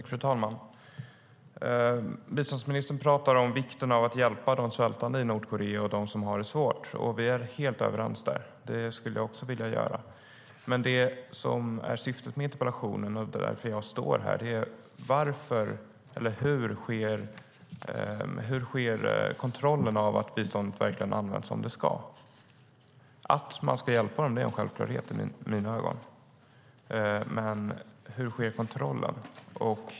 Fru talman! Biståndsministern talar om vikten av att hjälpa de svältande i Nordkorea och dem som har det svårt. Vi är helt överens när det gäller det. Jag skulle också vilja hjälpa dem. Men syftet med interpellationen och anledningen till att jag står här är att jag vill ha svar på hur kontrollen av att biståndet verkligen används som det ska går till. Att man ska hjälpa dem är en självklarhet i mina ögon, men hur sker kontrollen?